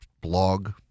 blog